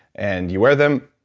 and you wear them.